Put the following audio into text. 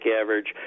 average